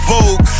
Vogue